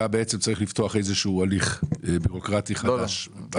אתה צריך לפתוח איזה שהוא הליך בירוקרטי חדש.